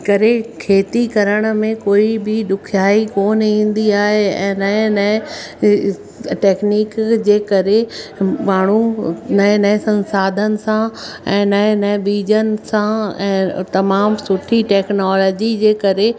करे खेती करण में कोई बि ॾुखियाई कोन ईंदी आहे ऐं नए नए टैकनीक जे करे माण्हू नए नए संसाधन सां ऐं नए नए बीजनि सां ऐं तमामु सुठी टेक्नोलॉजी जे करे